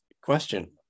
question